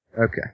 Okay